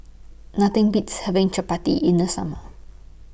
Nothing Beats having Chappati in The Summer